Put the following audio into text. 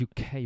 UK